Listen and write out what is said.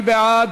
מי בעד?